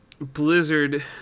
blizzard